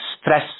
stress